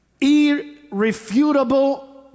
irrefutable